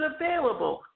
available